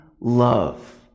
love